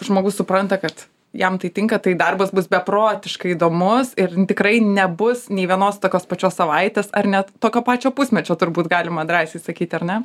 žmogus supranta kad jam tai tinka tai darbas bus beprotiškai įdomus ir tikrai nebus nė vienos tokios pačios savaitės ar net tokio pačio pusmečio turbūt galima drąsiai sakyti ar ne